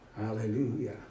Hallelujah